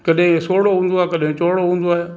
कॾहिं सोड़ो हूंदो आहे कॾहिं चौड़ो हूंदो आहे